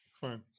Fine